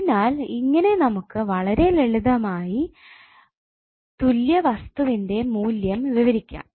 അതിനാൽ ഇങ്ങനെ നമുക്ക് വളരെ ലളിതമായി തുല്യ വസ്തുവിന്റെ മൂല്യം വിവരിക്കാം